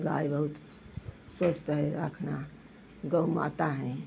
गाय बहुत स्वस्थ है रखना गौ माता हैं